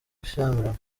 gushyamirana